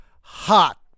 hot